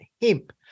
hemp